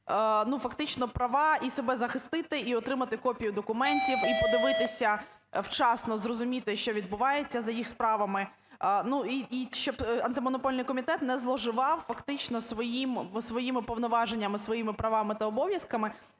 ну, фактично права і себе захистити, і отримати копію документів, і подивитися, вчасно зрозуміти, що відбувається за їх справами. Ну, і щоб Антимонопольний комітет не зловживав фактично своїми повноваженнями, своїми правами та обов'язками